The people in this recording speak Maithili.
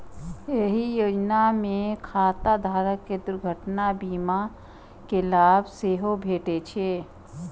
एहि योजना मे खाता धारक कें दुर्घटना बीमा के लाभ सेहो भेटै छै